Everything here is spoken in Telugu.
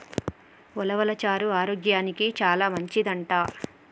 ఉలవలు చారు ఆరోగ్యానికి చానా మంచిదంట